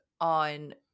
on